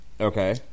Okay